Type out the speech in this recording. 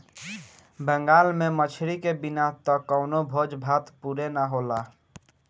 बंगाल में मछरी के बिना त कवनो भोज भात पुरे ना होला